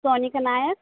Sonika Nayak